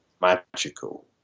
magical